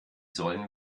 sollen